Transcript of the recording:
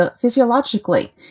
physiologically